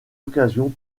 occasion